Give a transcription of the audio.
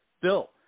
Bill